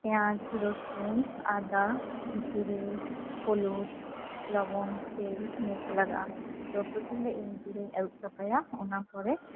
ᱯᱤᱸᱭᱟᱡᱽ ᱨᱚᱥᱩᱱ ᱟᱫᱟ ᱡᱤᱨᱮ ᱦᱚᱞᱩᱫ ᱞᱚᱵᱚᱱ ᱛᱮᱞ ᱱᱤᱭᱟᱹᱠᱩ ᱞᱟᱜᱟᱜᱼᱟ ᱛᱚ ᱯᱚᱛᱷᱚᱢ ᱫᱚ ᱤᱧ ᱡᱤᱞᱤᱧ ᱟᱹᱨᱩᱵ ᱥᱟᱯᱷᱟᱭᱟ ᱚᱱᱟ ᱯᱚᱨᱮ